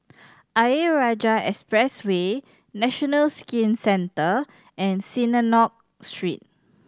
Ayer Rajah Expressway National Skin Centre and Synagogue Street